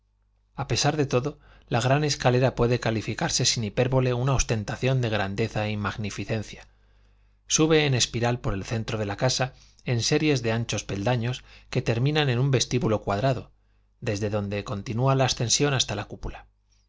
a pesar de todo la gran escalera puede calificarse sin hipérbole una ostentación de grandeza y magnificencia sube en espiral por el centro de la casa en series de anchos peldaños que terminan en un vestíbulo cuadrado desde donde continúa la ascensión hasta la cúpula